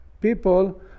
people